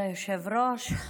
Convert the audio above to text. (חד"ש-תע"ל): תודה, כבוד היושב-ראש.